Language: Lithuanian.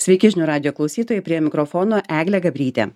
sveiki žinių radijo klausytojai prie mikrofono eglė gabrytė